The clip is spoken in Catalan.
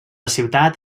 ciutat